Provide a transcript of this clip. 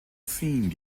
scene